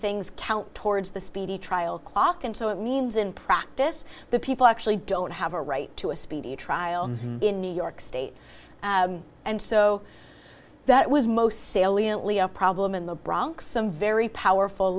things count towards the speedy trial clock and so it means in practice the people actually don't have a right to a speedy trial in new york state and so that was most salient leo problem in the bronx some very powerful